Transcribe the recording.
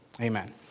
Amen